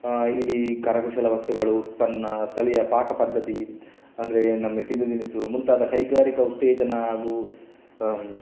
ಇಲ್ಲಿ ಕರಕುಶಲ ವಸ್ತುಗಳು ಉತ್ಪನ್ನ ಸ್ಥಳೀಯ ಪಾಕ ಪದ್ಧತಿ ಅಂದರೆ ನಮ್ಮ ತಿಂಡಿ ತಿನಿಸು ಮುಂತಾದ ಕೈಗಾರಿಕಾ ಉತ್ತೇಜನ ಹಾಗೂ